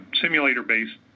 simulator-based